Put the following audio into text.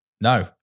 No